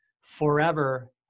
forever